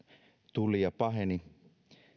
tuli ja paheni